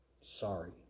sorry